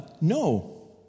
No